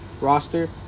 roster